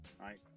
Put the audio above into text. right